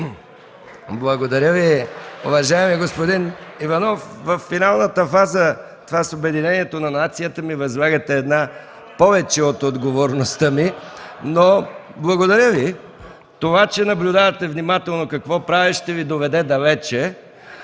Благодаря Ви, уважаеми господин Иванов. На финалната фаза – това с обединението на нацията, ми възлагате повече от отговорността, която имам. Благодаря Ви. Това, че наблюдавате внимателно какво правя, ще Ви отведе далеч!